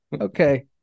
Okay